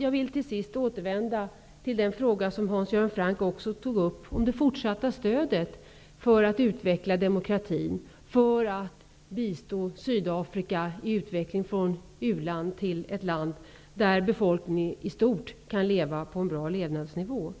Jag vill återvända till den fråga som Hans Göran Franck tog upp, nämligen frågan om det forsatta stödet för att utveckla demokratin och för att bistå Sydafrika i utvecklingen från ett u-land till ett land där befolkningen i stort kan få en bra levnadsnivå.